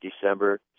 December